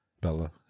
Bella